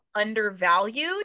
undervalued